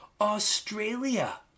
australia